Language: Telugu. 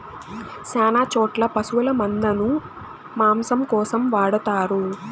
శ్యాన చోట్ల పశుల మందను మాంసం కోసం వాడతారు